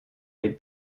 les